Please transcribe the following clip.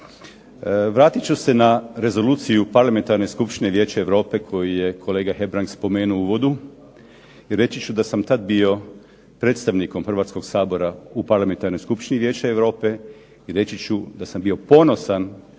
Vratit ću se na Rezoluciju Parlamentarne skupštine Vijeća Europe koju je kolega Hebrang spomenuo u uvodu i reći ću da sam tad bio predstavnikom Hrvatskog sabora u Parlamentarnoj skupštini Vijeća Europe i reći ću da sam bio ponosan